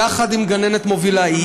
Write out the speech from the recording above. יחד עם גננת מובילה,